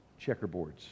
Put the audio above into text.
checkerboards